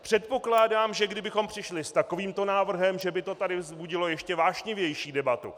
Předpokládám, že kdybychom přišli s takovým návrhem, že by to tady vzbudilo ještě vášnivější debatu.